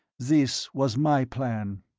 this was my plan.